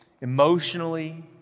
emotionally